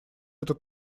этот